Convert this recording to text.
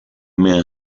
may